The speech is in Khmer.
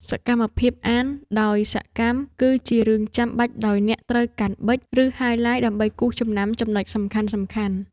សកម្មភាពអានដោយសកម្ម គឺជារឿងចាំបាច់ដោយអ្នកត្រូវកាន់ប៊ិច ឬហាយឡាយ ដើម្បីគូសចំណាំចំណុចសំខាន់ៗ។